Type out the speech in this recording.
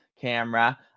camera